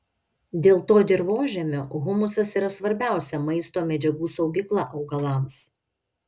dėl to dirvožemio humusas yra svarbiausia maisto medžiagų saugykla augalams